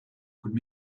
could